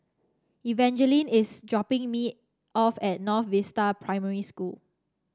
Evangeline is dropping me off at North Vista Primary School